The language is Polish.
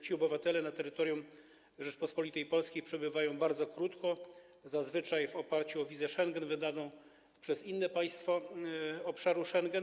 Ci obywatele na terytorium Rzeczypospolitej Polskiej przebywają bardzo krótko, zazwyczaj w oparciu o wizę Schengen wydaną przez inne państwo obszaru Schengen.